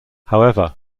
however